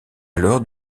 alors